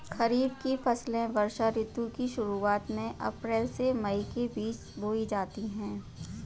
खरीफ की फसलें वर्षा ऋतु की शुरुआत में अप्रैल से मई के बीच बोई जाती हैं